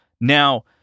Now